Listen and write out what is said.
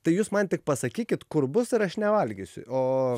tai jūs man tik pasakykit kur bus ir aš nevalgysiu o